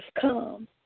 come